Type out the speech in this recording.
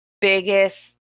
biggest